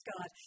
God